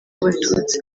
abatutsi